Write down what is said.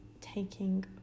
taking